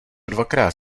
dvakrát